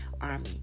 army